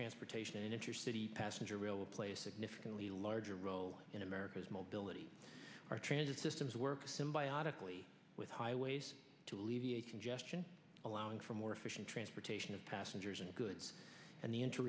transportation and intercity passenger rail will play significantly larger role in america's mobility our transit systems work symbiotically with highways to alleviate congestion allowing for more efficient transportation of passengers and goods and the inter